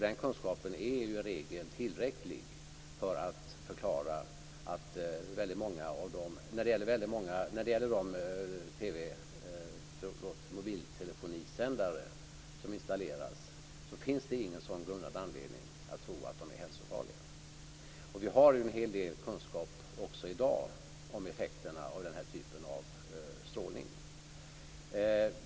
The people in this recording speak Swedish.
Den kunskapen är ju i regel tillräcklig för att förklara att det, när det gäller de mobiltelefonisändare som installeras, inte finns någon grundad anledning att tro att de är hälsofarliga. Och vi har ju en hel del kunskap också i dag om effekterna av den här typen av strålning.